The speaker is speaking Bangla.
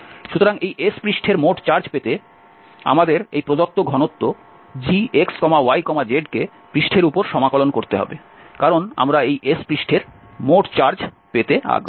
সুতরাং এই S পৃষ্ঠের মোট চার্জ পেতে আমাদের এই প্রদত্ত ঘনত্ব gx y z কে পৃষ্ঠের উপর সমাকলন করতে হবে কারণ আমরা এই S পৃষ্ঠের মোট চার্জ পেতে আগ্রহী